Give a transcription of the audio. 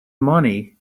money